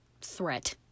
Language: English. threat